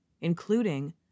including